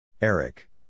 Eric